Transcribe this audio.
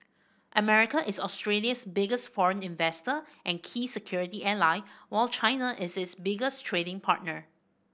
America is Australia's biggest foreign investor and key security ally while China is its biggest trading partner